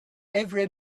every